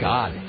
God